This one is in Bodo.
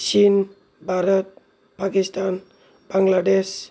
चिन भारत पाकिस्तान बांलादेश